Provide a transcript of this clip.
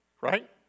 right